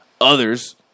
others